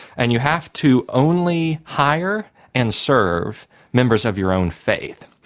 and you have to only hire and serve members of your own faith.